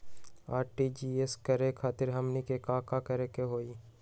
RTGS करे खातीर हमनी के का करे के हो ई?